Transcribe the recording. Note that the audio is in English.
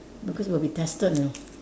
because we'll be tested you know